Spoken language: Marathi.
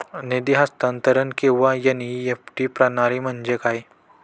निधी हस्तांतरण किंवा एन.ई.एफ.टी प्रणाली म्हणजे काय?